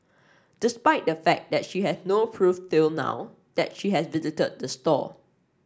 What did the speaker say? despite the fact that she has no proof till now that she has visited the store